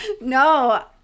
No